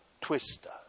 twister